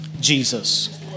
Jesus